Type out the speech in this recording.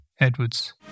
Edwards